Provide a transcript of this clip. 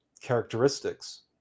characteristics